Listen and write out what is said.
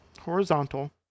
horizontal